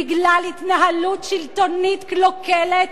בגלל התנהלות שלטונית קלוקלת,